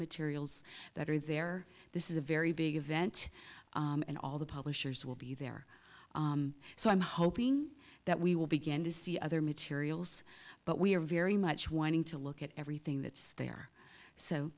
materials that are there this is a very big event and all the publishers will be there so i'm hoping that we will begin to see other materials but we are very much wanting to look at everything that's there so